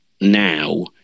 now